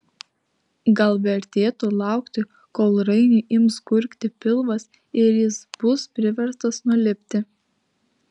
gal vertėtų laukti kol rainiui ims gurgti pilvas ir jis bus priverstas nulipti